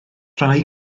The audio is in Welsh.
rhai